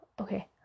Okay